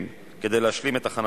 תודה רבה,